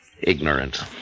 ignorant